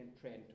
trend